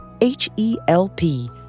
H-E-L-P